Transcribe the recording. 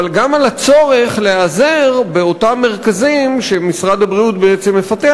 אבל גם על הצורך להיעזר באותם מרכזים שמשרד הבריאות בעצם מפתח,